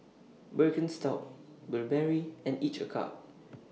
Birkenstock Burberry and Each A Cup